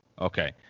Okay